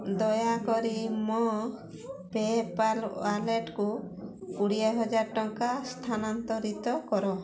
ଦୟାକରି ମୋ ପେପାଲ୍ ୱାଲେଟକୁ କୋଡ଼ିଏହଜାର ଟଙ୍କା ସ୍ଥାନାନ୍ତରିତ କର